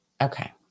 Okay